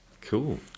Cool